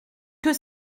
que